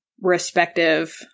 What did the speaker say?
respective